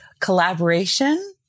collaboration